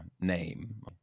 name